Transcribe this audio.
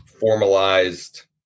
formalized